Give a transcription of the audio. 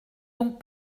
donc